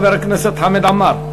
חבר הכנסת חמד עמאר.